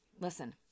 Listen